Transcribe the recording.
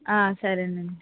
ఆ సరే అండి